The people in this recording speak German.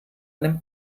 einem